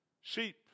sheep